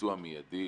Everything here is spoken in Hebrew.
לביצוע מידי,